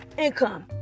Income